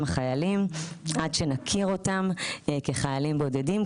חיילים עד שנכיר אותם כחיילים בודדים,